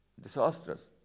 Disastrous